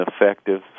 effective